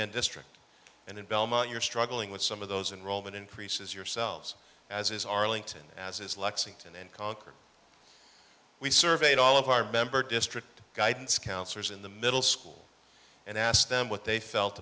minuteman district and in belmont you're struggling with some of those and roman increases yourselves as is arlington as is lexington and concord we surveyed all of our member district guidance counselors in the middle school and asked them what they felt